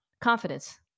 confidence